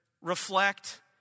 reflect